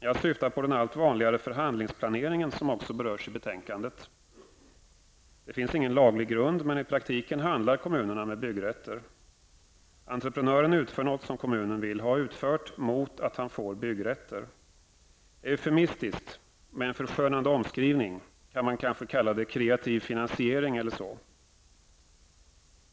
Jag syftar på den allt vanligare förhandlingsplaneringen, som också berörs i betänkandet. Det finns ingen laglig grund men i praktiken handlar kommunerna med byggrätter. Entreprenören utför något som kommunen vill ha utfört mot att han får byggrätter. Eufumistiskt, med en förskönande omskrivning, kan man kanske kalla det kreativ finansiering.